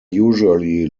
usually